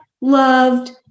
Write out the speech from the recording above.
loved